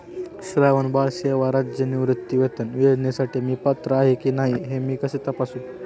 श्रावणबाळ सेवा राज्य निवृत्तीवेतन योजनेसाठी मी पात्र आहे की नाही हे मी कसे तपासू?